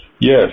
Yes